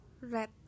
red